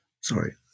Sorry